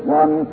one